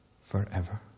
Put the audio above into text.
forever